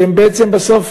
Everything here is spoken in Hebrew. שהם בעצם בסוף